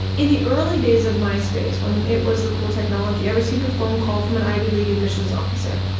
in the early days of myspace, when it was the cool technology, i received a phone call from an ivy league admissions officer.